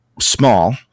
small